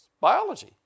biology